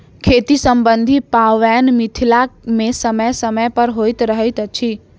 खेती सम्बन्धी पाबैन मिथिला मे समय समय पर होइत रहैत अछि